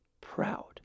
proud